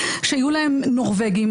שיהיו להם נורבגים,